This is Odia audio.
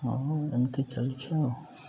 ହଁ ଏମିତି ଚାଲିଛ ଆଉ